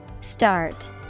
Start